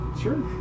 Sure